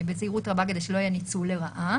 בזהירות רבה כדי שלא יהיה ניצול לרעה.